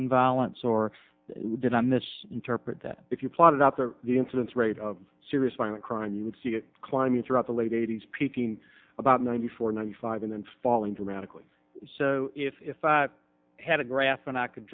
in violence or did i miss interpret that if you plotted out the the incidence rate of serious violent crime you would see it climbing throughout the late eighty's peaking about ninety four ninety five and then falling dramatically so if i had a graph and i c